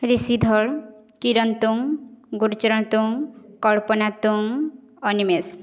ଋଷି ଧଳ କିରଣ ତୁମ୍ ଗୁଡ଼ିଚରଣ ତୁମ୍ କଳ୍ପନା ତୁମ୍ ଅନିମେଷ